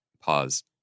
Pause